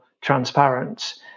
transparent